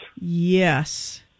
Yes